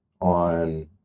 on